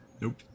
Nope